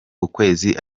ukwezi